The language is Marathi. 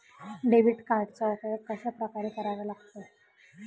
डेबिट कार्डचा उपयोग कशाप्रकारे करावा लागतो?